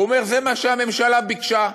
הוא אומר: זה מה שהממשלה ביקשה,